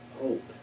hope